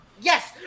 Yes